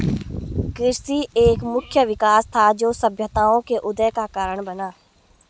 कृषि एक मुख्य विकास था, जो सभ्यताओं के उदय का कारण बना